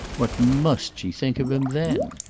what must she think of him, then?